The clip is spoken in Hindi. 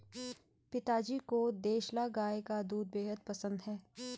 पिताजी को देसला गाय का दूध बेहद पसंद है